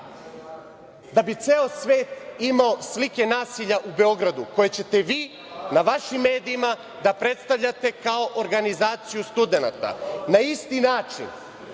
da bi ceo svet imamo slike nasilja u Beogradu, koje ćete vi na vašim medijima da predstavljate kao organizaciju studenata. Na isti način